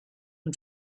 and